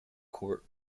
court